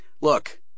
Look